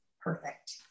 perfect